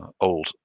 old